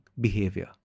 behavior